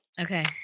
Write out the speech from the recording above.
okay